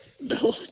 No